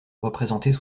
représentés